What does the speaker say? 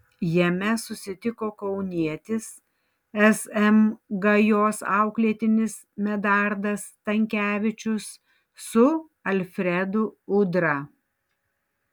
jame susitiko kaunietis sm gajos auklėtinis medardas stankevičius su alfredu udra